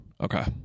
Okay